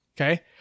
Okay